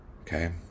okay